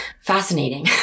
fascinating